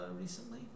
recently